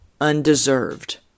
undeserved